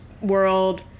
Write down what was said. world